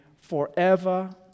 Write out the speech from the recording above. forever